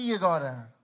now